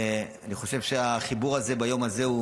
אני חושב שהחיבור הזה ביום הזה הוא